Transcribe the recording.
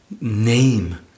name